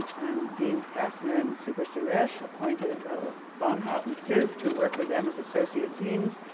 and deans kastner and subra suresh appointed barnhart and sive to work with them as associate deans,